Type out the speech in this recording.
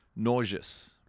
Nauseous